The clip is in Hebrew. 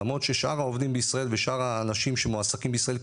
למרות ששאר העובדים בישראל ושאר האנשים שמועסקים בישראל,